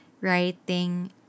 writing